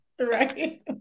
right